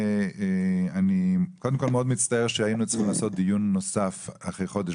אני מאוד מצטער שהיינו צריכים לעשות דיון נוסף אחרי חודש